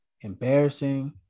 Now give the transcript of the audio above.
embarrassing